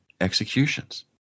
executions